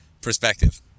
perspective